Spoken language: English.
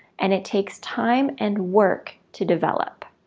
and it takes time and work to develop.